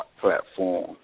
platform